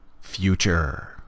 future